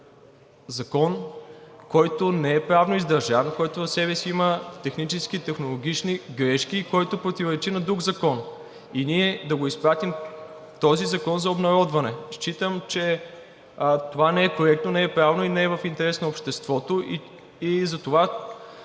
закон, който не е правно издържан, който в себе си има технически, технологични грешки и който противоречи на друг закон, и ние да го изпратим този закон за обнародване. Считам, че това не е коректно, не е правилно и не е в интерес на обществото.